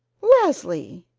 leslie!